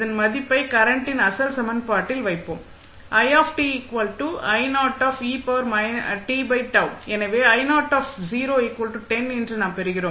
இந்த மதிப்பை கரண்டின் அசல் சமன்பாட்டில் வைப்போம் எனவே என்று நாம் பெறுகிறோம்